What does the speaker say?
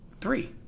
three